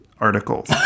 articles